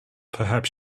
perhaps